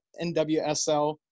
NWSL